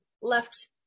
left